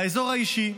האזור האישי.